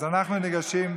חבר הכנסת